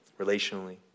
relationally